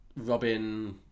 Robin